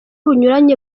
bunyuranye